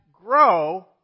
grow